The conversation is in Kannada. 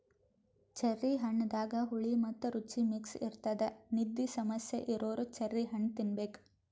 ಚೆರ್ರಿ ಹಣ್ಣದಾಗ್ ಹುಳಿ ಮತ್ತ್ ರುಚಿ ಮಿಕ್ಸ್ ಇರ್ತದ್ ನಿದ್ದಿ ಸಮಸ್ಯೆ ಇರೋರ್ ಚೆರ್ರಿ ಹಣ್ಣ್ ತಿನ್ನಬೇಕ್